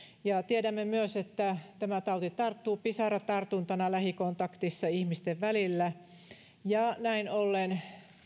ja tiedämme myös että tämä tauti tarttuu pisaratartuntana lähikontaktissa ihmisten välillä näin ollen